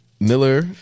Miller